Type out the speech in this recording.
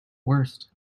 worst